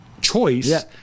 choice